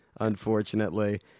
unfortunately